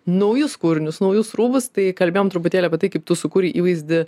naujus kūrinius naujus rūbus tai kalbėjom truputėlį apie tai kaip tu sukuri įvaizdį